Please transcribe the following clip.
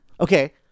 Okay